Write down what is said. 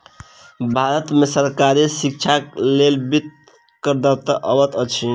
भारत में सरकारी शिक्षाक लेल वित्त करदाता से अबैत अछि